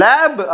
Lab